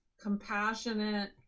compassionate